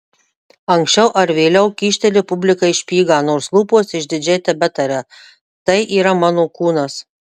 anksčiau ar vėliau kyšteli publikai špygą nors lūpos išdidžiai tebetaria tai yra mano kūnas